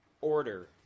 order